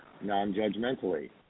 non-judgmentally